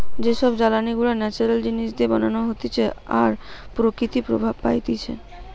যে সব জ্বালানি গুলা ন্যাচারাল জিনিস দিয়ে বানানো হতিছে আর প্রকৃতি প্রভাব পাইতিছে